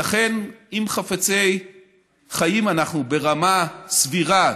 לכן, אם חפצי חיים אנחנו ברמה סבירה,